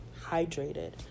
hydrated